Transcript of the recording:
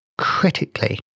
Critically